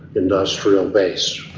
industrial base,